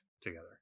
together